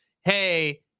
hey